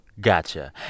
Gotcha